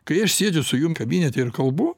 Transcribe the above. kai aš sėdžiu su jum kabinete ir kalbu